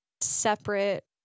separate